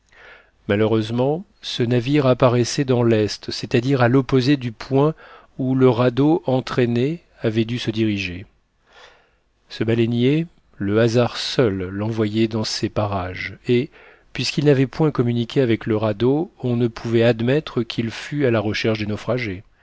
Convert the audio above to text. malheureusement ce navire apparaissait dans l'est c'est-à-dire à l'opposé du point où le radeau entraîné avait dû se diriger ce baleinier le hasard seul l'envoyait dans ces parages et puisqu'il n'avait point communiqué avec le radeau on ne pouvait admettre qu'il fût à la recherche des naufragés